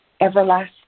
everlasting